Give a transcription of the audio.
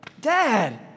Dad